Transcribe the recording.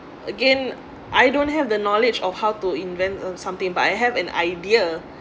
again I don't have the knowledge of how to invent uh something but I have an idea